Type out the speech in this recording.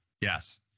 yes